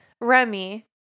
Remy